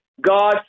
God